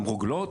עם רוגלות,